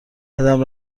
قدم